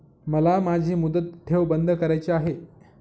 मला माझी मुदत ठेव बंद करायची आहे